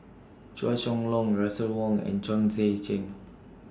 Chua Chong Long Russel Wong and Chong Tze Chien